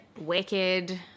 Wicked